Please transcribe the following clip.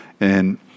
and-